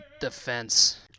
defense